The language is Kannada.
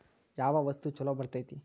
ಯಾವ ವಸ್ತು ಛಲೋ ಬರ್ತೇತಿ?